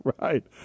right